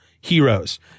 heroes